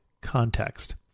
context